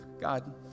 God